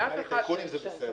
לאף אחד --- טייקונים זה בסדר.